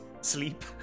sleep